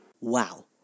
Wow